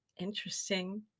interesting